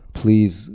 please